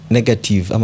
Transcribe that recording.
Negative